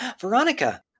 Veronica